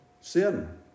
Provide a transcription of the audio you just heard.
sin